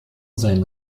seinen